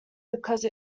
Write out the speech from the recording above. because